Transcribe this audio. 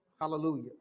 Hallelujah